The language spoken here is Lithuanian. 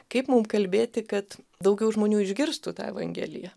kaip mum kalbėti kad daugiau žmonių išgirstų tą evangeliją